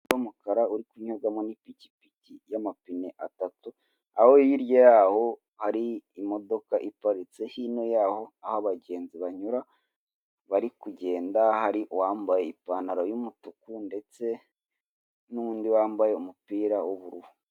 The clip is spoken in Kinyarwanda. Umuhanda w'umukara uri kunyurwamo n'ipikipiki y'amapine atatu, aho hirya yaho hari imodoka iparitse, hino yaho aho abagenzi banyura bari kugenda, hari uwambaye ipantaro y'umutuku ndetse n'undi wambaye umupira w'ubururu.